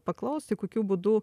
paklausti kokiu būdu